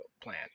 plan